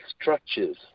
structures